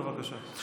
בבקשה.